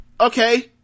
okay